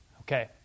Okay